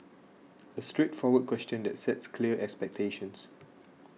a straightforward question that sets clear expectations